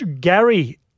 Gary